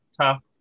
tough